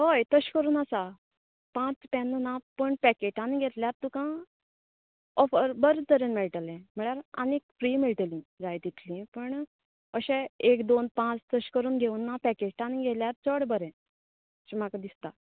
हय तशें करून आसा पांच पॅना ना पूण पॅकेटांनी घेतल्यार तुका ऑफर बरें तरेन मेळटलें म्हळ्यार आनीक फ्री मेळटलीं जाय तितलीं पण अशें एक दोन पांच तशें करून घेवना पॅकेटान घेयल्यार चड बरें अशें म्हाका दिसता